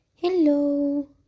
Hello